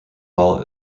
hall